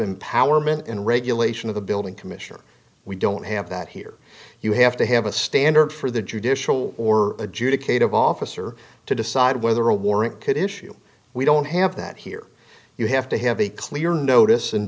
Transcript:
empowerment in regulation of the building commissioner we don't have that here you have to have a standard for the judicial or adjudicate of officer to decide whether a warrant could issue we don't have that here you have to have a clear notice and